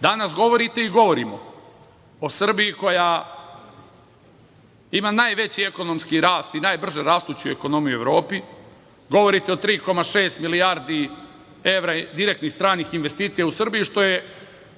Danas govorite i govorimo o Srbiji koja ima najveći ekonomski rast i najbrže rastuću ekonomiju u Evropi. Govorite o 3,6 milijardi evra direktnih stranih investicija u Srbiju, što je